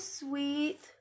sweet